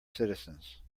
citizens